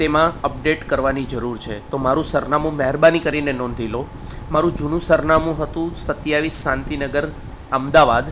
તેમાં અપડેટ કરવાની જરૂર છે તો મારું સરનામું મહેરબાની કરીને નોંધી લો મારું જૂનું સરનામું હતું સત્યાવીસ શાંતિ નગર અમદાવાદ